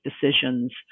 decisions